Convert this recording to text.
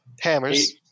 hammers